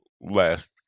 last